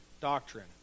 doctrine